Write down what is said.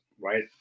right